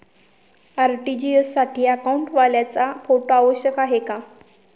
RTGS साठी अकाउंटवाल्याचा photo आवश्यक आहे का?